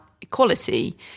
equality